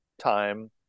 time